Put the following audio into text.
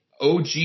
OG